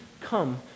come